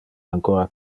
ancora